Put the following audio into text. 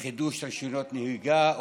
חידוש רישיונות נהיגה,